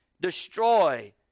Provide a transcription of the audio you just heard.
destroy